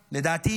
לדעתי,